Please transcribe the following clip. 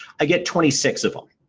i get twenty six of them